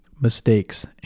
mistakes